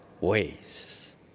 ways